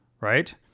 right